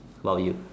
while you